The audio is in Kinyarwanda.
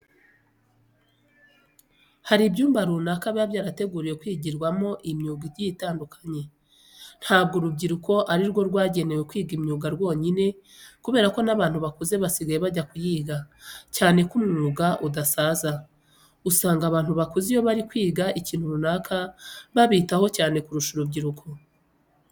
Hari ibyumba runaka biba byarateguriwe kwigirwamo imyuga igiye itandukanye. Ntabwo urubyiruko ari rwo rwagenewe kwiga imyuga rwonyine kubera ko n'abantu bakuze basigaye bajya kuyiga, cyane ko umwuga udasaza. Usanga abantu bakuze iyo bari kwiga ikintu runaka babitaho cyane kurusha urubyiruko.